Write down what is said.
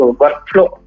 workflow